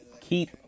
keep